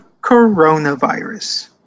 coronavirus